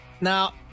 Now